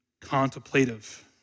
contemplative